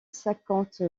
cinquante